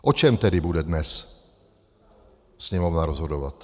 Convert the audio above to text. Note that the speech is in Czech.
O čem tedy bude dnes Sněmovna rozhodovat?